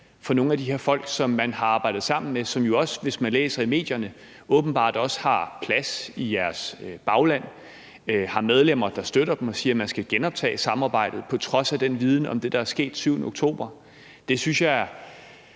fra nogle af de her folk, som man har arbejdet sammen med, og som jo, hvis man læser medierne, åbenbart også har plads i jeres bagland og har medlemmer, der støtter dem og siger, at man skal genoptage samarbejdet på trods af den viden om det, der er sket den 7. oktober. Det synes jeg